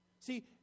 See